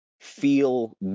feel